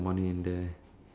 yup